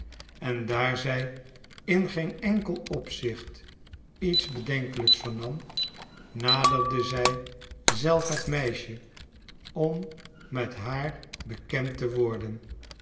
en daar zij in geen opzicht iets bedenkelijks vernam naderde zij zelf het meisje om met haar bekend te worden